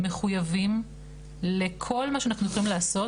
מחויבים לכל מה שאנחנו יכולים לעשות,